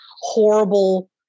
horrible